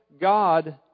God